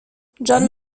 john